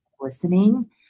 listening